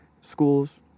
schools